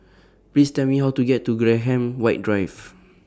Please Tell Me How to get to Graham White Drive